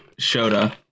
Shota